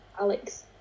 Alex